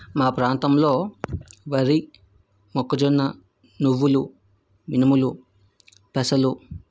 మా ప్రాంతంలో వరి మొక్కజొన్న నువ్వులు మినుములు పెసలు